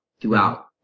throughout